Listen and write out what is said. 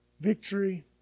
victory